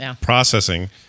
processing